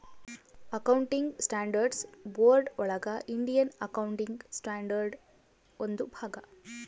accounting standards board ಒಳಗ Indian accounting standard ಒಂದು ಭಾಗ